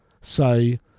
say